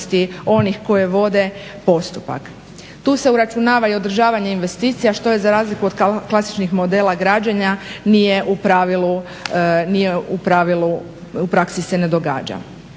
onih koji vode postupak. Tu se uračunava i održavanje investicija što je za razliku od klasičnih modela građenja nije u pravilu, u praksi se ne događa.